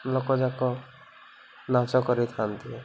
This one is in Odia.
ଲୋକଯାକ ନାଚ କରିଥାନ୍ତି